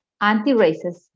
anti-racist